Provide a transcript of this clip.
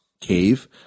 cave